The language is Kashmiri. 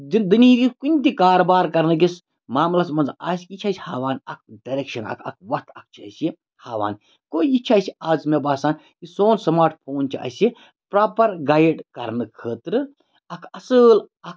دُنہِکہِ کُنہِ تہِ کاربار کَرنہٕ کِس معاملَس منٛز آسہِ یہِ چھِ اَسہِ ہاوان اَکھ ڈایریٚکشَن اَکھ اَکھ وَتھ اَکھ چھِ اَسہِ یہِ ہاوان گوٚو یہِ چھِ اَسہِ آز مےٚ باسان یہِ سون سماٹ فون چھُ اَسہِ پرٛاپَر گایِڈ کَرنہٕ خٲطرٕ اَکھ اَصۭل اَکھ